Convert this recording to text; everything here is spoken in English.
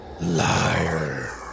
Liar